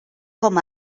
com